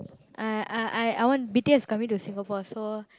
I I I I want B_T_S is coming to Singapore so